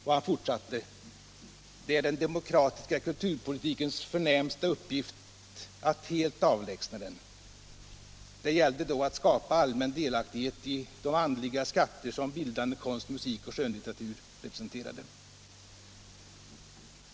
Och han fortsatte: ”Det är den demokratiska kulturpolitikens förnämsta uppgift att helt avlägsna den.” Det gällde då att skapa allmän delaktighet i de andliga skatter som bildande konst, musik och skönlitteratur representerade.